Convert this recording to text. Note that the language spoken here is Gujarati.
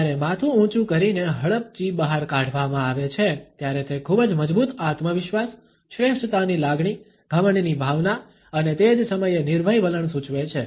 જ્યારે માથું ઊંચું કરીને હડપચી બહાર કાઢવામાં આવે છે ત્યારે તે ખૂબ જ મજબૂત આત્મવિશ્વાસ શ્રેષ્ઠતાની લાગણી ઘમંડની ભાવના અને તે જ સમયે નિર્ભય વલણ સૂચવે છે